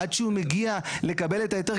עד שהוא מגיע לקבל את ההיתר,